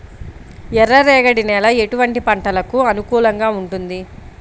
ఎర్ర రేగడి నేల ఎటువంటి పంటలకు అనుకూలంగా ఉంటుంది?